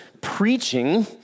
preaching